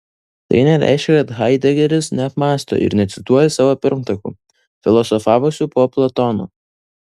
tai nereiškia kad haidegeris neapmąsto ir necituoja savo pirmtakų filosofavusių po platono